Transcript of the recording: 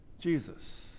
Jesus